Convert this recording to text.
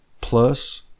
plus